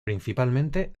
principalmente